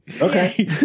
Okay